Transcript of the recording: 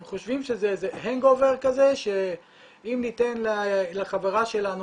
הם חושבים שזה האנג אובר כזה שאם ניתן לחברה שלנו